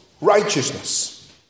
righteousness